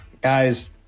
guys